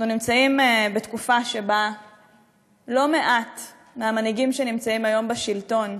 אנחנו נמצאים בתקופה שלא מעט מהמנהיגים שנמצאים היום בשלטון